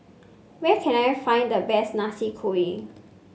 where can I find the best Nasi Kuning